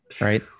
right